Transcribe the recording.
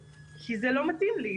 כי זה לא מתאים לי,